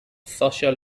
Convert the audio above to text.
social